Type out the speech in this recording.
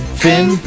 fin